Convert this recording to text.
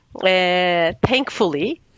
thankfully